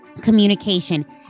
communication